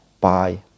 bye